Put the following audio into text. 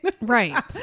right